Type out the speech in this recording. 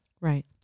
Right